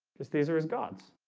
just these are his gods